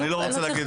אני לא רוצה להגיד.